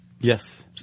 Yes